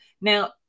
Now